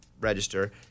register